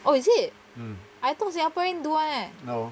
oh is it I thought singaporean do [one] eh